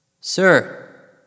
Sir